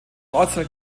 ortsteil